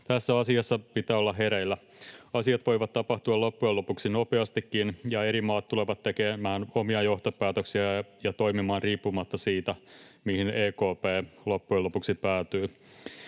Tässä asiassa pitää olla hereillä. Asiat voivat tapahtua loppujen lopuksi nopeastikin, ja eri maat tulevat tekemään omia johtopäätöksiään ja toimimaan riippumatta siitä, mihin EKP loppujen lopuksi päätyy.